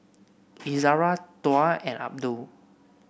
Izzara Tuah and Abdul